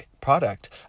product